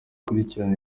ikurikirana